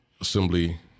Assembly